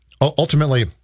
ultimately